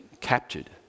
captured